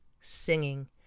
singing